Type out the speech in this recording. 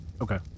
okay